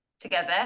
together